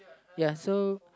ya so